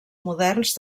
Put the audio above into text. moderns